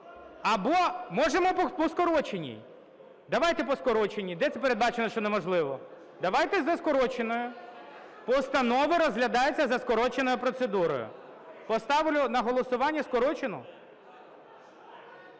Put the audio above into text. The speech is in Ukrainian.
або можемо по скороченій. Давайте по скороченій. Де це передбачено, що неможливо? Давайте за скороченою. Постанова розглядається за скороченою процедурою. Поставлю на голосування скорочену?